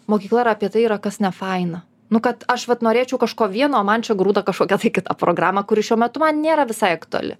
mokykla yra apie tai yra kas nefaina nu kad aš vat norėčiau kažko vieno o man čia grūda kažkokią tai kitą programą kuri šiuo metu man nėra visai aktuali